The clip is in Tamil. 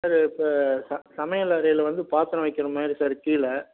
சார் இப்போ ச சமையலறையில் வந்து பாத்திரம் வைக்கிற மாதிரி சார் கீழே